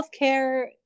Healthcare